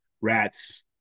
rats